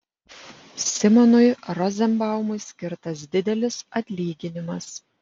simonui rozenbaumui skirtas didelis atlyginimas